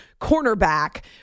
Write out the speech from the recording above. cornerback